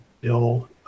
bill